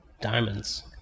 diamonds